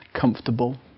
comfortable